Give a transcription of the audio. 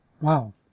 Wow